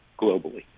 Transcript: globally